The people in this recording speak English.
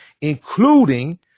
including